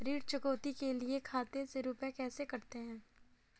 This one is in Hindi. ऋण चुकौती के लिए खाते से रुपये कैसे कटते हैं?